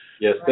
Yes